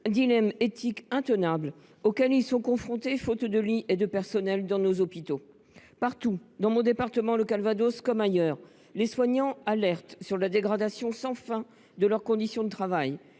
dilemmes éthiques intenables » auxquels ils sont confrontés, faute de lits et de personnels dans nos hôpitaux. Partout, dans mon département du Calvados comme ailleurs, les soignants alertent sur la dégradation sans fin de leurs conditions de travail.